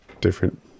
different